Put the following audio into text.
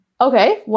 Okay